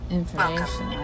information